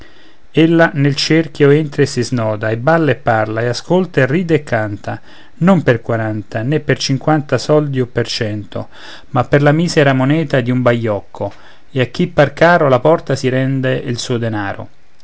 l'interroga ella nel cerchio entra e si snoda e balla e parla e ascolta e ride e canta non per quaranta né per cinquanta soldi o per cento ma per la misera moneta di un baiocco e a chi par caro alla porta si rende il suo denaro